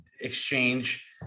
exchange